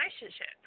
relationship